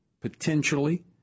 potentially